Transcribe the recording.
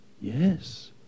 Yes